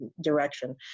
direction